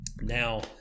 Now